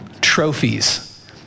Trophies